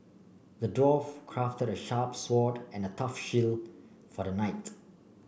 the dwarf crafted a sharp sword and a tough shield for the knight